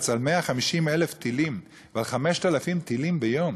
על 150,000 טילים ועל 5,000 טילים ביום,